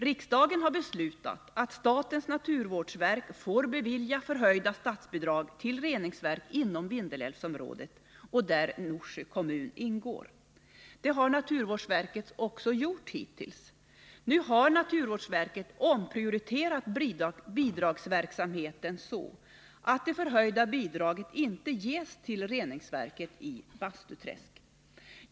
Riksdagen har beslutat att statens naturvårdsverk får bevilja högre statsbidrag till reningsverk inom Vindelälvsområdet där Norsjö kommun ingår. Det har naturvårdsverket hittills också gjort. Nu har naturvårdsverket omprioriterat bidragsverksamheten så, att det högre bidraget inte ges till reningsverket i Bastuträsk.